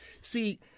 See